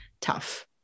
tough